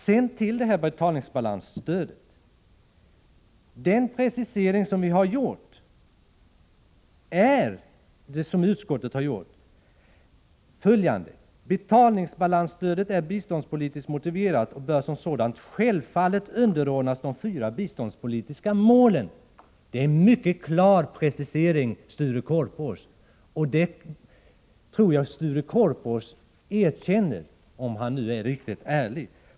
När det gäller betalningsbalansstödet har utskottet gjort följande precisering: ”Betalningsbalansstödet är biståndspolitiskt motiverat och bör som sådant självfallet underordnas de fyra biståndspolitiska målen.” Det är en mycket klar precisering, och det tror jag Sture Korpås erkänner om han nu är riktigt ärlig.